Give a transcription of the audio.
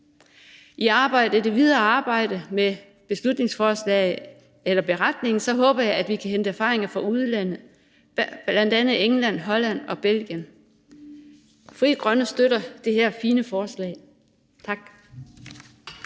I det videre arbejde med beretningen håber jeg, at vi kan hente erfaringer fra udlandet, bl.a. England, Holland og Belgien. Frie Grønne støtter det her fine forslag. Tak.